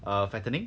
err fattening